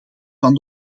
van